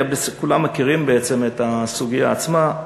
כי כולם מכירים בעצם את הסוגיה עצמה.